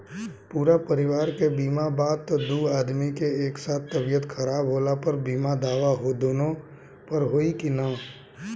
पूरा परिवार के बीमा बा त दु आदमी के एक साथ तबीयत खराब होला पर बीमा दावा दोनों पर होई की न?